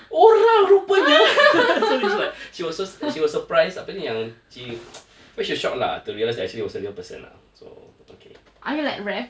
orang rupanya so she was like she was surprised yang she so she was shocked lah to realise actually I was a real person lah so okay